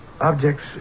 objects